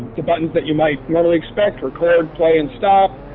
the buttons that you might normally expect, record, play and stop.